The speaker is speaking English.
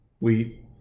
wheat